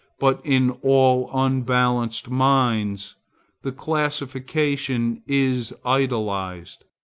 but in all unbalanced minds the classification is idolized,